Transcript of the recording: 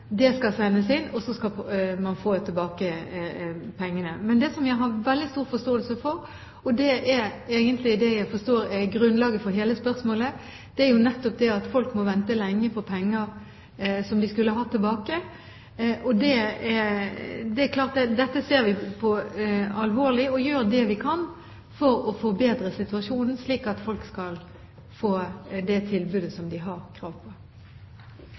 det skal sendes inn, og så skal man få tilbake pengene. Men det som jeg har veldig stor forståelse for, og det er egentlig det jeg forstår er grunnlaget for hele spørsmålet, er nettopp det problemet at folk må vente lenge på penger som de skulle ha hatt tilbake. Dette ser vi alvorlig på, og vi gjør det vi kan for å forbedre situasjonen, slik at folk skal få det tilbudet som de har krav på.